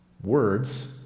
words